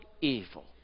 evil